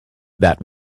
that